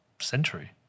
century